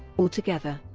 altogether,